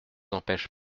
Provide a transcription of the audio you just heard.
empêche